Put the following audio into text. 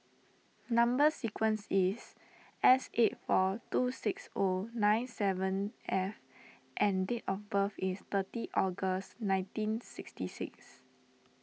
Number Sequence is S eight four two six O nine seven F and date of birth is thirtieth August nineteen sixty six